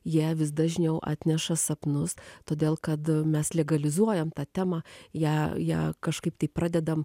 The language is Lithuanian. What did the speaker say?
jie vis dažniau atneša sapnus todėl kad mes legalizuojam tą temą ją ją kažkaip tai pradedam